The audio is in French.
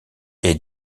est